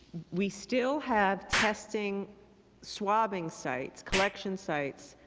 we still have testing swabbing sites, collection sites,